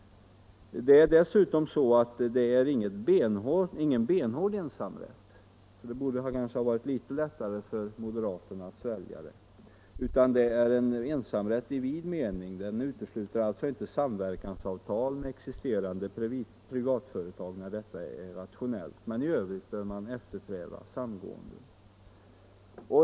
Det är dessutom inte fråga om någon benhård ensamrätt, så det borde ha varit litet lättare för moderaterna att svälja förslaget. Det är i stället en ensamrätt i vid mening. Den utesluter alltså inte samverkansavtal med existerande privatföretag när detta är rationellt, men i övrigt bör man eftersträva samgåenden.